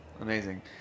Amazing